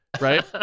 right